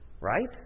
Right